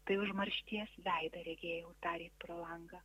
tai užmaršties veidą regėjau tarė pro langą